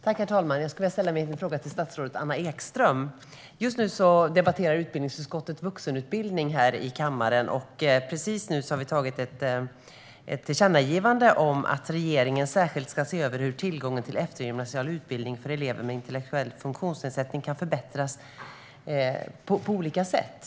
Herr talman! Jag skulle vilja ställa min fråga till statsrådet Anna Ekström. Just i dag debatterar utbildningsutskottet vuxenutbildning här i kammaren. Vi har precis tagit fram ett tillkännagivande om att regeringen särskilt ska se över hur tillgången till eftergymnasial utbildning för elever med intellektuell funktionsnedsättning kan förbättras på olika sätt.